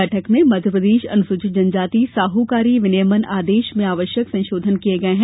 बैठक में मध्य प्रदेश अनुसूचित जनजाति साहूकारी विनिमयन आदेश में आवश्यक संशोधन किए गए हैं